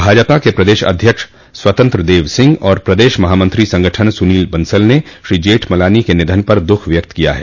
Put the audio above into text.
भाजपा के प्रदेश अध्यक्ष स्वतंत्र देव सिंह और प्रदेश महामंत्री संगठन सुनील बंसल ने श्री जेठमलानी के निधन पर दुख व्यक्त किया ह